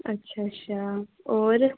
अच्छा अच्छा होर